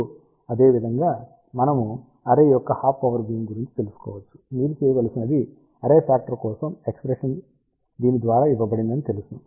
ఇప్పుడు అదేవిధంగా మనము అర్రే యొక్క హాఫ్ పవర్ బీమ్ గురించి తెలుసుకోవచ్చు మీరు చేయవలసినది అర్రే ఫ్యాక్టర్ కోసం ఎక్ష్ప్రెషన్ దీని ద్వారా ఇవ్వబడిందని తెలుసు